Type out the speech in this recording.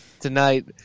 tonight